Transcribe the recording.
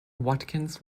watkins